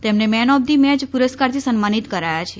તેમને man of the મેય પુરસ્કારથી સન્માનીત કરાયા છે